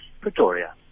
Pretoria